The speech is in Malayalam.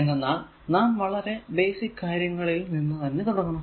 എന്തെന്നാൽ നാം വളരെ ബേസിക് കാര്യങ്ങളിൽ നിന്നും തുടങ്ങണം